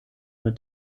mit